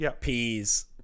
peas